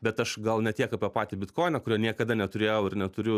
bet aš gal ne tiek apie patį bitkoiną kurio niekada neturėjau ir neturiu